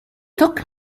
took